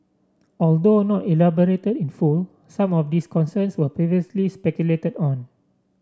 although not elaborated in full some of these concerns were previously speculated on